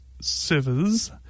servers